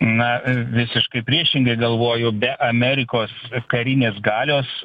na visiškai priešingai galvoju be amerikos karinės galios